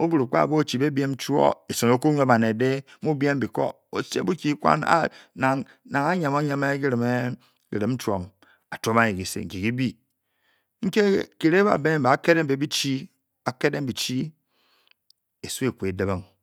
obrõgba bi oshibe biem chouo é song eku nwo banet mu biem chouo-é song eku nwo banet mu biem biko o-shee bukyi kwan mu ne kirim chúom anyi kisi nki-kibi nké ki-rang bá bé nbá kédéng bi chi esu eku é dibing